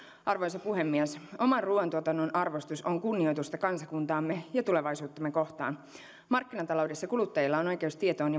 arvoisa puhemies oman ruuantuotannon arvostus on kunnioitusta kansakuntaamme ja tulevaisuuttamme kohtaan markkinataloudessa kuluttajilla on oikeus tietoon